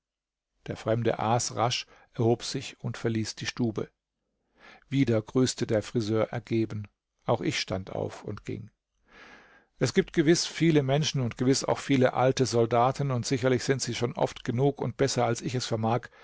der fremde aß rasch erhob sich und verließ die stube wieder grüßte der friseur ergeben auch ich stand auf und ging es gibt gewiß viele menschen und gewiß auch viele alte soldaten und sicherlich sind sie schon oft genug und besser als ich es vermag